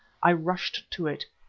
i rushed to it.